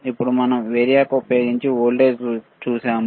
అప్పుడు మనం వేరియాక్ ఉపయోగించి వోల్టేజ్ చూశాము